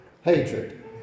hatred